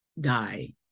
die